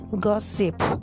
gossip